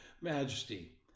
majesty